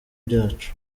byacu